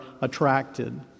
attracted